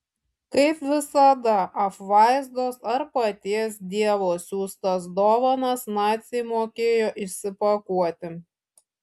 kaip visada apvaizdos ar paties dievo siųstas dovanas naciai mokėjo išsipakuoti